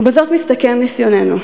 ובזאת מסתכם ניסיוננו.